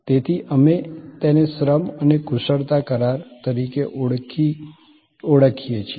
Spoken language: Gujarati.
તેથી અમે તેને શ્રમ અને કુશળતા કરાર તરીકે ઓળખીએ છીએ